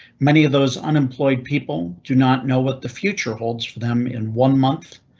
many of those unemployed people do not know what the future holds for them in one month,